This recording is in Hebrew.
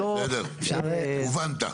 בסדר, הובנת.